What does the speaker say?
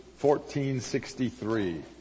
1463